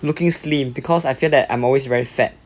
looking slim because I feel that I'm always very fat